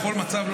בכל מצב,